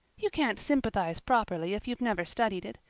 you can't sympathize properly if you've never studied it.